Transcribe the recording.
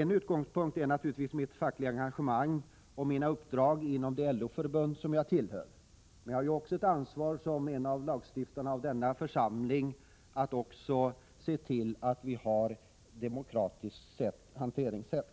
En utgångspunkt är naturligtvis mitt fackliga engagemang och mina uppdrag inom det LO-förbund som jag tillhör. Men jag har också ett ansvar som en av lagstiftarna i denna församling att se till att vi har ett demokratiskt hanteringssätt.